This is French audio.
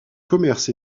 commerce